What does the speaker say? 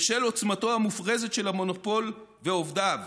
בשל עוצמתו המופרזת של המונופול ועובדיו,